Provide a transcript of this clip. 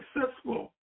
successful